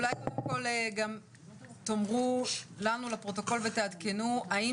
אולי קודם כל תאמרו לנו לפרוטוקול ותעדכנו האם